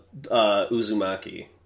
uzumaki